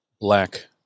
black